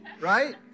right